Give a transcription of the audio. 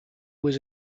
was